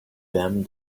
them